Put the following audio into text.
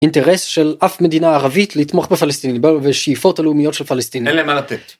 אינטרס של אף מדינה ערבית לתמוך בפלסטינים בשאיפות הלאומיות של פלסטינים. אין להם מה לתת